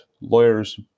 lawyers